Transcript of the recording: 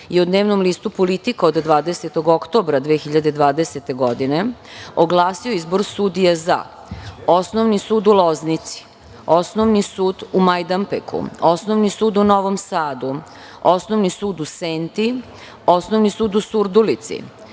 i u dnevnom listu „Politika“ od 20. oktobra 2020. godine oglasio izbor sudija za: Osnovni sud u Loznici, Osnovni sud u Majdanpeku, Osnovni sud u Novom Sadu, Osnovni sud u Senti, Osnovni sud u Surdulici,